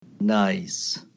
nice